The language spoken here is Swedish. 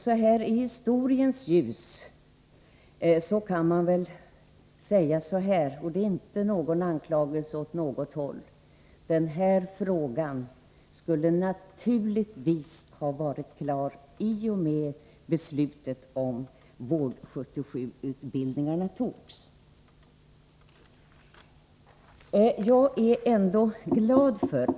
Så här i historiens ljus kan man väl säga — och det innebär inte någon anklagelse åt något håll — att denna fråga naturligtvis skulle ha varit klar i och med att beslutet om vård 77-utbildningarna fattades.